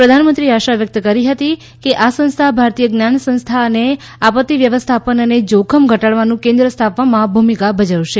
પ્રધાનમંત્રીએ આશા વ્યક્ત કરી હતી કે આ સંસ્થા ભારતીય જ્ઞાન સંસ્થા અને આપત્તિ વ્યવસ્થાપન અને જોખમ ઘટાડવાનું કેન્દ્ર સ્થાપવામાં ભૂમિકા ભજવશે